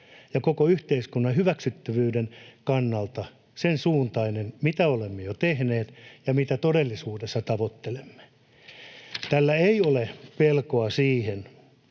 ja koko yhteiskunnan hyväksyttävyyden kannalta sensuuntainen, mitä olemme jo tehneet ja mitä todellisuudessa tavoittelemme. Ei ole pelkoa siitä,